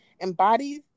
embodies